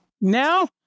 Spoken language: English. Now